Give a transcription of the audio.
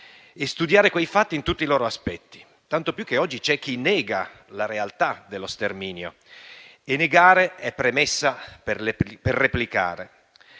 e studiare quei fatti in tutti i loro aspetti. Tanto più che oggi c'è chi nega la realtà dello sterminio, e negare è premessa per replicare.